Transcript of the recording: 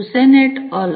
Hussain et અલ